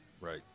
Right